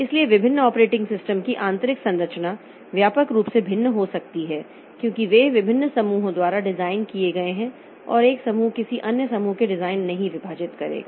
इसलिए विभिन्न operating system की आंतरिक संरचना व्यापक रूप से भिन्न हो सकती है क्योंकि वे विभिन्न समूहों द्वारा डिज़ाइन किए गए हैं और एक समूह किसी अन्य समूह के डिज़ाइन नहीं विभाजित करेगा